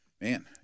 man